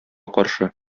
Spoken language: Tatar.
каршы